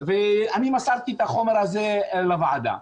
ואני מסרתי את החומר הזה לוועדה.